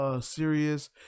Serious